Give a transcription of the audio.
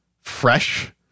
fresh